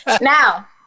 Now